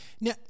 Now